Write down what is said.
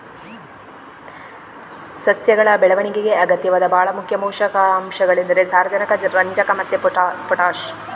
ಸಸ್ಯಗಳ ಬೆಳವಣಿಗೆಗೆ ಅಗತ್ಯವಾದ ಭಾಳ ಮುಖ್ಯ ಪೋಷಕಾಂಶಗಳೆಂದರೆ ಸಾರಜನಕ, ರಂಜಕ ಮತ್ತೆ ಪೊಟಾಷ್